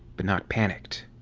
but not panicked.